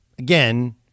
Again